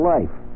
Life